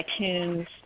iTunes